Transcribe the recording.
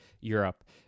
Europe